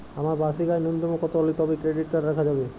আমার বার্ষিক আয় ন্যুনতম কত হলে তবেই ক্রেডিট কার্ড রাখা যাবে?